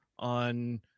on